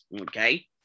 okay